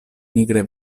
nigre